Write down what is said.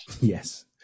Yes